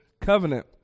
covenant